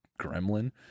gremlin